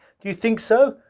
do you think so?